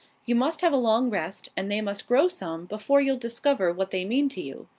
you must have a long rest, and they must grow some before you'll discover what they mean to you.